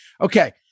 okay